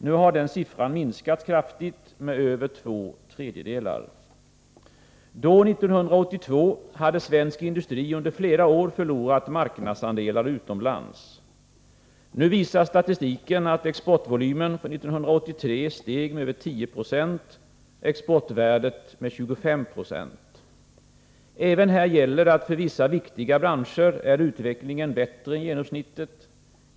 Nu har den siffran minskats kraftigt — med över två tredjedelar. Då, 1982, hade svensk industri under flera år förlorat marknadsandelar utomlands. Nu visar statistiken att exportvolymen för 1983 steg med över 10 0, exportvärdet med 25 90. Även här gäller att för vissa viktiga branscher är utvecklingen bättre än genomsnittet.